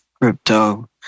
crypto